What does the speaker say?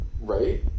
right